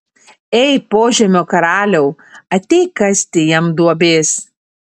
ei požemio karaliau ateik kasti jam duobės